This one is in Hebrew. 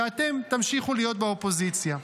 ואתם תמשיכו להיות באופוזיציה.